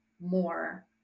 more